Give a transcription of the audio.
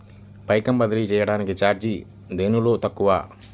పైకం బదిలీ చెయ్యటానికి చార్జీ దేనిలో తక్కువ?